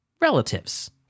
relatives